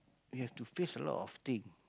we have to face a lot of thing